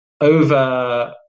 over